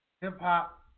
hip-hop